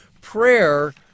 Prayer